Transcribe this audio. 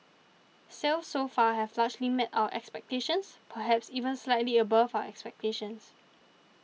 sales so far have largely met our expectations perhaps even slightly above our expectations